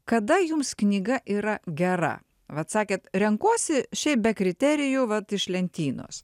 kada jums knyga yra gera bet sakėte renkuosi šiaip be kriterijų vat iš lentynos